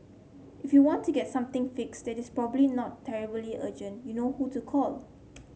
if you want to get something fixed that is probably not terribly urgent you know who to call